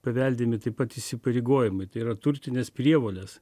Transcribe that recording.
paveldimi taip pat įsipareigojimai tai yra turtinės prievolės